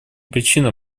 причинам